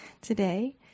today